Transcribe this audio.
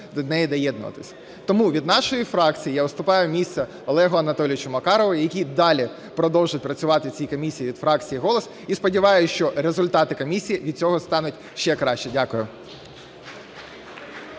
до неї доєднуватись. Тому від нашої фракції я уступаю місце Олегу Анатолійовичу Макарову, який далі продовжує працювати в цій комісії від фракції "Голос", і сподіваюся, що результати комісії від цього стануть ще краще. Дякую.